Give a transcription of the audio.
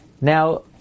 Now